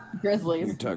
grizzlies